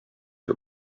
see